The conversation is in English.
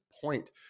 point